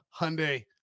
Hyundai